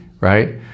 Right